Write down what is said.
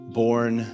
born